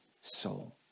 soul